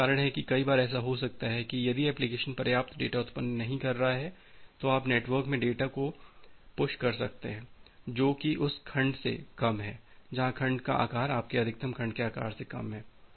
तो यही कारण है कि कई बार ऐसा हो सकता है कि यदि एप्लिकेशन पर्याप्त डेटा उत्पन्न नहीं कर रहा है तो आप नेटवर्क में डेटा को धक्का दे सकते हैं जो कि उस खंड से कम है जहां खंड का आकार आपके अधिकतम खंड आकार से कम है